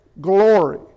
glory